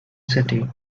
city